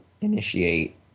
initiate